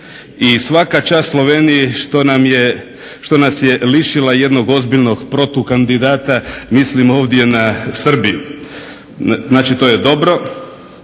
I svaka čast Sloveniji što nas je lišila jednog ozbiljnog protukandidata mislim ovdje na Srbiju. Znači to je dobro